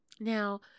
Now